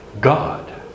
God